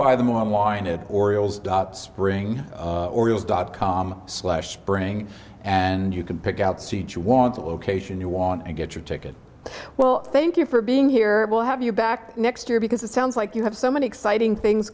buy them online at orioles dot spring orioles dot com slash spring and you can pick out seats you want a location you want to get your ticket well thank you for being here we'll have you back next year because it sounds like you have so many exciting things